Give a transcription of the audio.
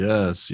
Yes